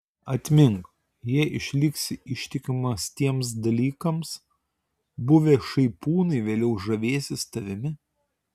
atmink jei išliksi ištikimas tiems dalykams buvę šaipūnai vėliau žavėsis tavimi